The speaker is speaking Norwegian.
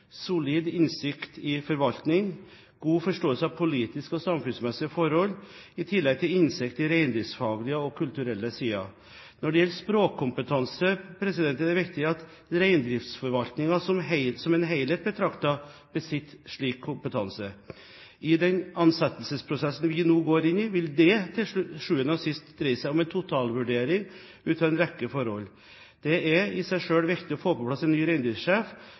solid innsikt i forvaltning, god forståelse av politiske og samfunnsmessige forhold i tillegg til innsikt i reindriftsfaglige og kulturelle sider. Når det gjelder språkkompetanse, er det viktig at reindriftsforvaltningen som en helhet betraktet besitter en slik kompetanse. I den ansettelsesprosessen vi nå går inn i, vil det til syvende og sist dreie seg om en totalvurdering ut fra en rekke forhold. Det er i seg selv viktig å få på plass en ny